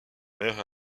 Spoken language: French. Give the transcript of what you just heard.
meilleur